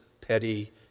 petty